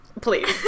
Please